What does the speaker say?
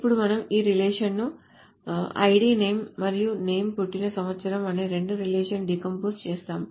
ఇప్పుడు మనం ఈ రిలేషన్ ను ఐడి నేమ్ మరియు నేమ్ పుట్టిన సంవత్సరం అనే రెండు రిలేషన్లుగా డీకంపోజ్ చేస్తాము